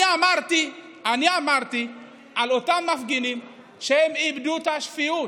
אני אמרתי על אותם מפגינים שהם איבדו את השפיות,